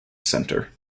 center